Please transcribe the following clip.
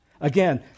Again